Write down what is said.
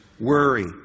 Worry